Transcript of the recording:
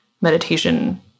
meditation